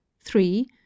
three